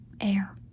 air